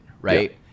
right